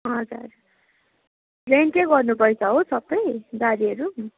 हजुर रेन्टै गर्नुपर्छ हो सबै गाडीहरू